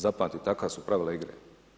Zapamtite, takva su pravila igre.